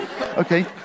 Okay